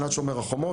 שנת שומר החומות,